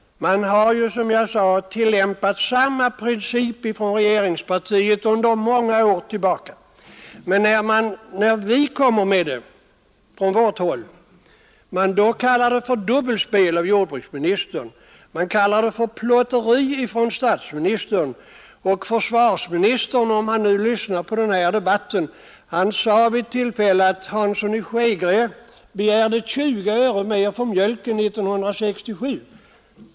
Regeringspartiet har ju, som jag sade, tillämpat samma princip sedan många år tillbaka, men när vi från vårt håll kommer med ett sådant förslag kallar jordbruksministern det för dubbelspel, statsministern kallar det för plotteri och försvarsministern — jag vet inte om han nu lyssnar på debatten — sade vid ett tillfälle att Hansson i Skegrie begärde 20 öre mer för mjölken 1967.